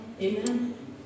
Amen